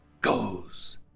goes